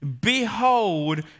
Behold